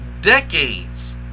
decades